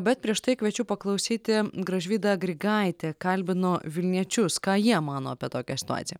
bet prieš tai kviečiu paklausyti gražvyda grigaitė kalbino vilniečius ką jie mano apie tokią situaciją